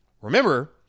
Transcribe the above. Remember